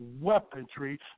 Weaponry